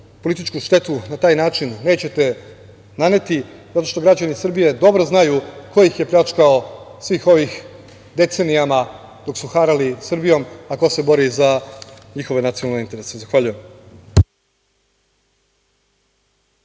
političku štetu na taj način nećete naneti zato što građani Srbije dobro znaju ko ih je pljačkao svih ovih decenija, dok su harali Srbijom, a ko se bori za njihove nacionalne interese. Zahvaljujem.